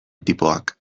tipoak